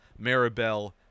Maribel